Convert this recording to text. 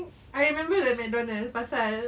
I remember the McDonald's pasal